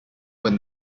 when